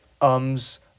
ums